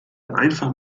einfach